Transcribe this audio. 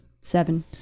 Seven